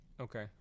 okay